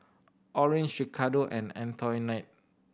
Orange Ricardo and Antoinette